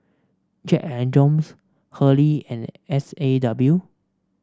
Jack And Jones Hurley and S A W